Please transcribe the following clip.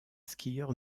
skieur